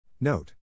Note